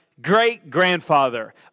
great-grandfather